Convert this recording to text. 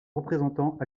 représentant